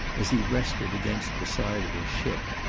as he rested against the side of his ship,